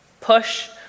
push